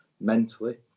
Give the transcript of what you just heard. Mentally